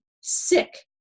sick